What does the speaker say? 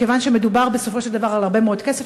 מכיוון שמדובר בסופו של דבר על הרבה מאוד כסף,